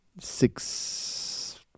six